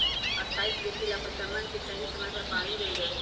स्थाई कृषि ला फसलवन के सही समय पर पानी देवल जा हई